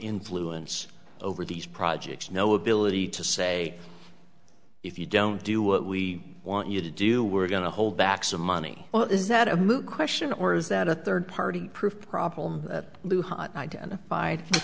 influence over these projects no ability to say if you don't do what we want you to do we're going to hold back some money well is that a moot question or is that a third party proof problem